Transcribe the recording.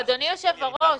אדוני יושב-הראש,